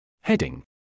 Heading